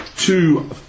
Two